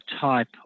type